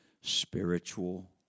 Spiritual